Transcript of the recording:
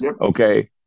Okay